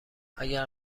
اگر